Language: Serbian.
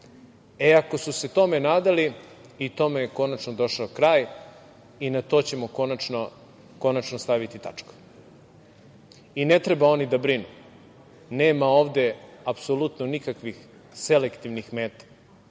Ako su se tome nadali i tome je konačno došao kraj i na to ćemo konačno staviti tačku. Ne treba oni da brinu. Nema ovde apsolutno nikakvih selektivnih meta.